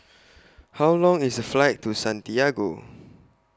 How Long IS The Flight to Santiago